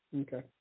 Okay